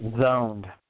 zoned